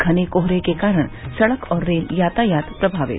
घरे कोहरे के कारण सड़क और रेल यातायात प्रभावित